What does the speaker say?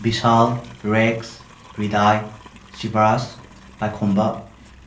ꯕꯤꯁꯥꯜ ꯔꯦꯛꯁ ꯔꯤꯗꯥꯏ ꯁꯤꯕ꯭ꯔꯥꯁ ꯄꯥꯏꯈꯣꯝꯕ